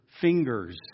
fingers